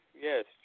yes